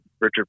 Richard